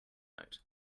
note